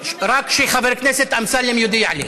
שחבר הכנסת אמסלם יודיע לי.